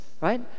right